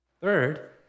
Third